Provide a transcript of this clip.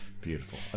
beautiful